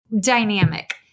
dynamic